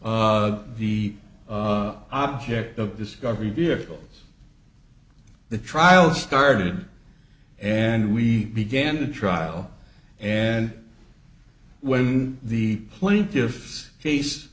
usually the object of discovery vehicles the trial started and we began the trial and when the plaintiff's case